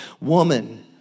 woman